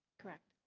correct.